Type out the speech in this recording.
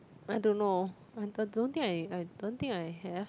I don't know I don't think I I don't think I have